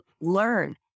learn